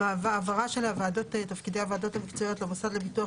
העברת תפקידי הוועדות המקצועיות למוסד לביטוח